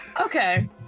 okay